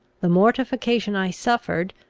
the mortification i suffered,